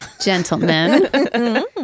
gentlemen